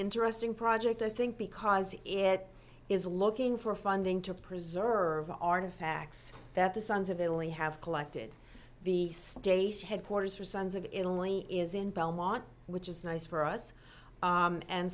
interesting project i think because it is looking for funding to preserve the artifacts that the sons of italy have collected the dates headquarters for sons of italy is in belmont which is nice for us